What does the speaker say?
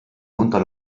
unter